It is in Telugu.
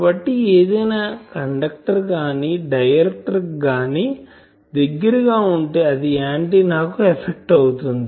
కాబట్టి ఏదైనా కండక్టర్ గాని డైఎలక్ట్రిక్ గాని దగ్గర ఉంటే అది ఆంటిన్నా కు ఎఫెక్ట్ అవుతుంది